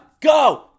Go